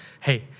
hey